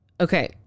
okay